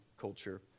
culture